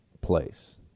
place